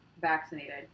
vaccinated